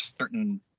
certain